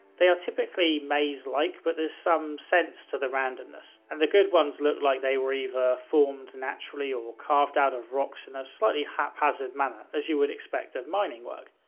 they are typically maze like, but there's some sense to the randomness, and the good ones look like they were either formed naturally or carved out of rocks in a slightly haphazard manner as you would expect of mining work.